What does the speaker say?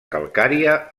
calcària